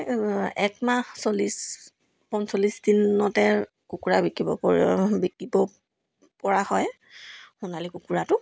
এক মাহ চল্লিছ পঞ্চল্লিছ দিনতে কুকুৰা বিকিব প বিকিব পৰা হয় সোণালী কুকুৰাটো